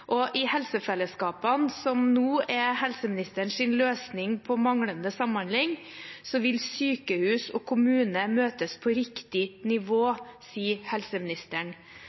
I helsefellesskapene, som nå er helseministerens løsning på manglende samhandling, vil sykehus og kommune møtes på riktig nivå, sier helseministeren.